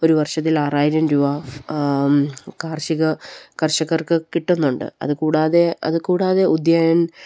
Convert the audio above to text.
ഒരു വർഷത്തിൽ ആറായിരം രൂപ കർഷകർക്ക് കിട്ടുന്നുണ്ട് അതുകൂടാതെ അതുകൂടാതെ ഉദ്യാൻ